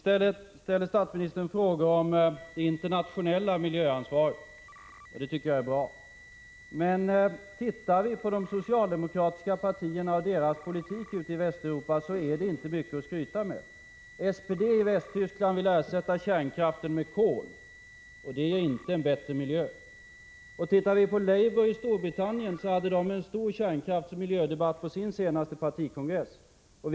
Däremot ställde statsministern frågor om det internationella miljöansvaret, och det tycker jag är bra. Men tittar vi på de socialdemokratiska partierna och deras politik ute i Västeuropa, finner vi att den politiken inte är mycket att skryta med. SPD i Västtyskland vill ersätta kärnkraften med kol, och det ger inte en bättre miljö. Tittar vi på Labour i Storbritannien, finner vi att man på Labours senaste partikongress hade en stor kärnkraftsoch miljödebatt.